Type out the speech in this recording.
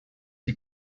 die